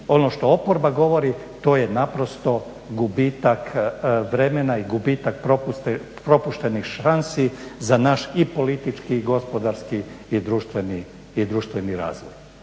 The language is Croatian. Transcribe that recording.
ono što oporba govori to je naprosto gubitak vremena i gubitak propuštenih šansi za naš i politički i gospodarski i društveni razvoj.